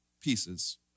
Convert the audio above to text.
pieces